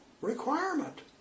requirement